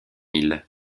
île